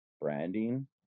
Branding